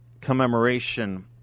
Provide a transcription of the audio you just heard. commemoration